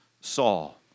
Saul